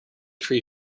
tree